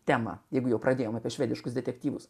temą jeigu jau pradėjome apie švediškus detektyvus